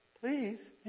please